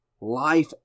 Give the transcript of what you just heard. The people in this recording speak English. life